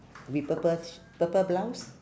with purple purple blouse